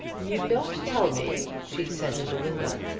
you don't tell me, she said to belinda,